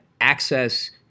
access